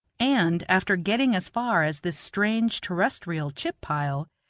and after getting as far as this strange terrestrial chip-pile,